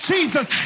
Jesus